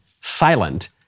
silent